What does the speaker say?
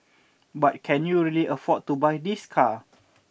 but can you really afford to buy this car